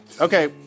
Okay